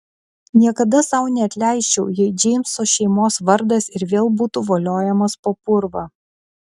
niekada sau neatleisčiau jei džeimso šeimos vardas ir vėl būtų voliojamas po purvą